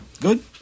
Good